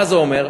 מה זה אומר: